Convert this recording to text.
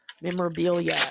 memorabilia